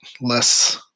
Less